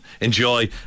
enjoy